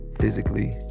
physically